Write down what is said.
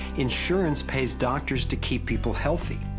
insurance pays doctors to keep people healthy.